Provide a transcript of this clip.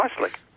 nicely